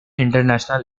international